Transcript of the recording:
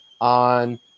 on